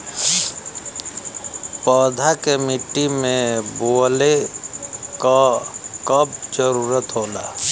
पौधा के मिट्टी में बोवले क कब जरूरत होला